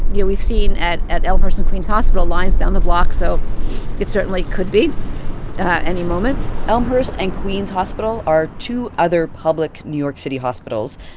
yeah, we've seen at at elmhurst and queens hospital lines down the block. so it certainly could be any moment elmhurst and queens hospital are two other public new york city hospitals.